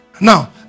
Now